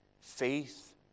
faith